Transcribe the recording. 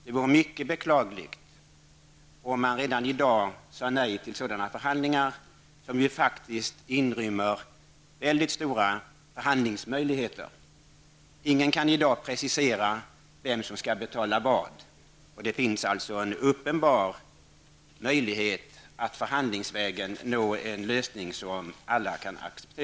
Det vore mycket beklagligt om man redan i dag sade nej till sådana förhandlingar, som ju faktiskt inrymmer väldigt stora möjligheter. Ingen kan i dag precisera vem som skall betala vad, och det finns alltså en uppenbar möjlighet att förhandlingsvägen nå en lösning som alla kan acceptera.